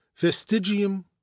vestigium